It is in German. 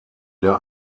der